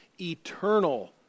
eternal